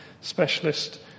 specialist